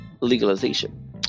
legalization